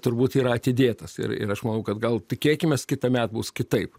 turbūt yra atidėtas ir ir aš manau kad gal tikėkimės kitąmet bus kitaip